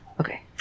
Okay